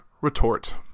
Retort